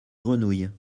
grenouilles